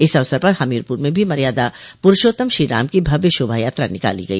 इस अवसर पर हमीरपुर में भी मर्यादा पुरूषोत्तम श्रीराम की भव्य शोभा यात्रा निकाली गई